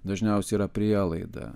dažniausiai yra prielaida